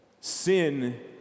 Sin